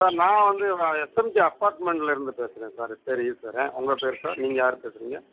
sir நான் வந்து SMJ அப்பார்ட்மெண்ட்லேருந்து பேசுகிறேன் சார் என் பேர் ஈஸ்வரன் உங்கள் பேர் சார் நீங்கள் யார் பேசுகிறீங்க